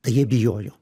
tai jie bijojo